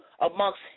Amongst